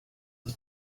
ati